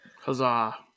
Huzzah